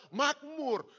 makmur